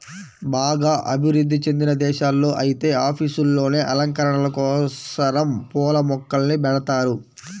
బాగా అభివృధ్ధి చెందిన దేశాల్లో ఐతే ఆఫీసుల్లోనే అలంకరణల కోసరం పూల మొక్కల్ని బెడతన్నారు